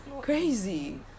crazy